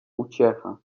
uciecha